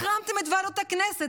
החרמתם את ועדות הכנסת,